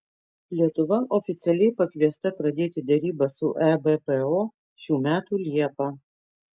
lietuva oficialiai pakviesta pradėti derybas su ebpo šių metų liepą